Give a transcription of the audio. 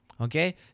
Okay